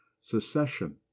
secession